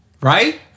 Right